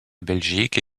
belgique